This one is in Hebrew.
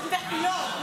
לא.